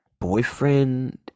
boyfriend